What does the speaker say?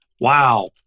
Wow